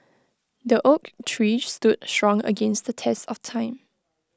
the oak tree stood strong against the test of time